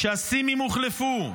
כשהסימים הוחלפו,